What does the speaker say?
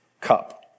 cup